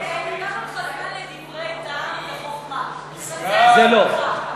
קח לך זמן לדברי טעם וחוכמה, זה לא.